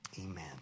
Amen